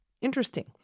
Interesting